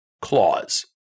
clause